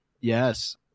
Yes